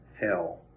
hell